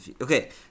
Okay